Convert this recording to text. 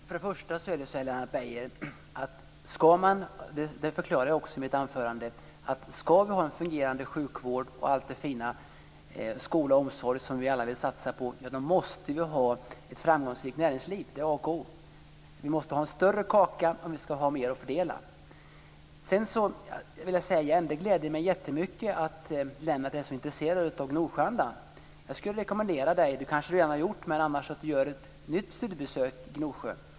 Fru talman! Om vi ska ha en fungerande sjukvård, skola, vård och omsorg, Lennart Beijer, och det förklarade jag i mitt anförande, måste vi ha ett framgångsrikt näringsliv. Det är A och O. Vi måste ha en större kaka för att ha mer att fördela. Det gläder mig mycket att Lennart Beijer är så intresserad av Gnosjöandan. Jag rekommenderar honom - det kanske han redan har gjort - att göra ett nytt studiebesök i Gnosjö.